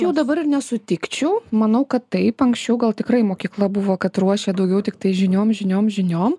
jau dabar ir nesutikčiau manau kad taip anksčiau gal tikrai mokykla buvo kad ruošė daugiau tiktai žiniom žiniom žiniom